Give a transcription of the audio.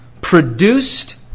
produced